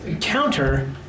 counter